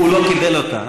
הוא לא קיבל אותה,